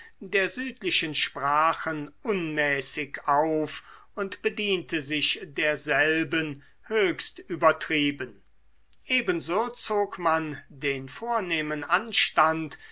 der südlichen sprachen unmäßig auf und bediente sich derselben höchst übertrieben ebenso zog man den vornehmen anstand